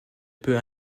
peut